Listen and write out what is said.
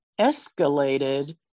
escalated